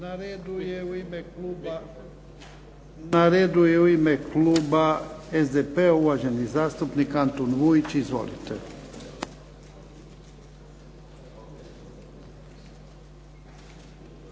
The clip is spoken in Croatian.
Na redu je u ime Kluba SDP uvaženi zastupnik Antun Vujić. Izvolite.